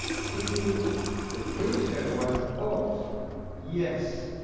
simply the printer was off yes!